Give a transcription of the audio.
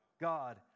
God